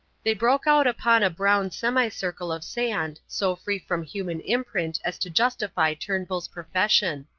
they broke out upon a brown semicircle of sand, so free from human imprint as to justify turnbull's profession.